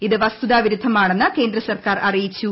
ഇത് വസ്തുതാ വിരുദ്ധമാണെന്ന് കേന്ദ്ര സർക്കാർ അറിയിച്ചു